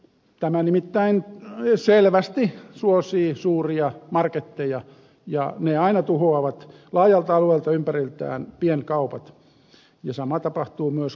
tämä nimittäin selvästi suosii suuria marketteja ja ne aina tuhoavat laajalta alueelta ympäriltään pienkaupat ja sama tapahtuu myös kaupunkien keskustoissa